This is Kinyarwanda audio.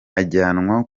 ajyanwa